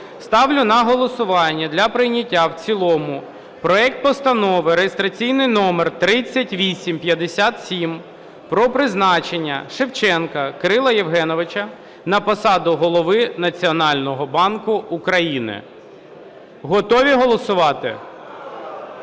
ставлю на голосування для прийняття в цілому проекту Постанови (реєстраційний номер 3857) про призначення Шевченка Кирила Євгеновича на посаду Голови Національного банку України. Готові голосувати? Прошу підтримати